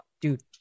Dude